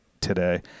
today